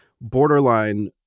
borderline